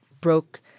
broke